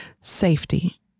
Safety